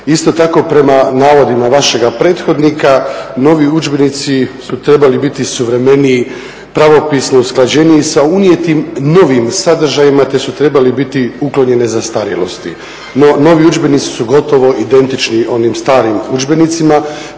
isto tako prema navodima vašega prethodnika novi udžbenici su trebali biti suvremeniji, pravopisno usklađeniji sa unijetim novim sadržajima te su trebali biti uklonjene zastarjelosti. No novi udžbenici su gotovo identični onim starim udžbenicima,